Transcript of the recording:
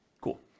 Cool